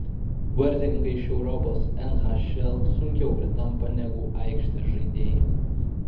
vartininkai iš europos nhl sunkiau pritampa negu aikštės žaidėjai